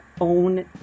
own